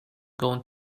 going